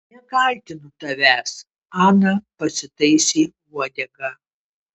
nekaltinu tavęs ana pasitaisė uodegą